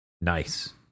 nice